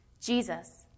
Jesus